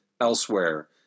elsewhere